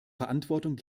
verantwortung